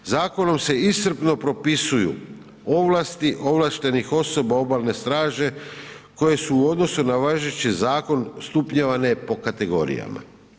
Zakonom se iscrpno propisuju ovlasti ovlaštenih osoba obalne straže koje su u odnosu na važeći zakon stupnjevane po kategorijama.